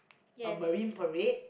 oh Marine-Parade